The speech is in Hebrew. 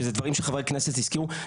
שאלה דברים שחברי כנסת הזכירו,